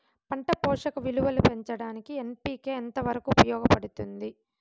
పంట పోషక విలువలు పెంచడానికి ఎన్.పి.కె ఎంత వరకు ఉపయోగపడుతుంది